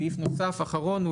סעיף נוסף אחרון,